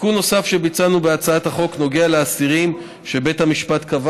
תיקון נוסף שביצענו בהצעת החוק נוגע לאסירים שבית המשפט קבע